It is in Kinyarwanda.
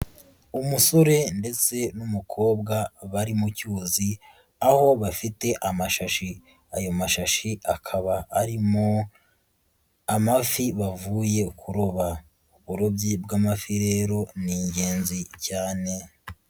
Umusore ndetse n'umukobwa bari mu cyuzi, aho bafite amashashi, ayo mashashi akaba arimo amafi bavuye kuroba, uburobyi bw'amafi rero ni ingenzi cyane.